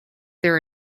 their